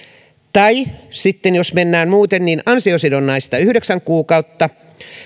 tai sitten jos mennään muuten niin ansiosidonnaista yhdeksän kuukautta